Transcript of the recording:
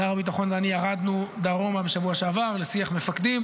שר הביטחון ואני ירדנו דרומה בשבוע שעבר לשיח מפקדים